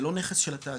זה לא נכס של התאגיד,